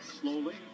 slowly